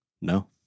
No